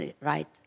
right